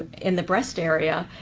in the breast area.